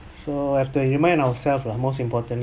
so have to remind ourselves lah most importantly